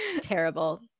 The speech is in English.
Terrible